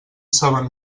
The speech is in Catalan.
saben